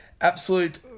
absolute